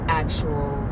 actual